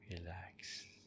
Relax